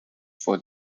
for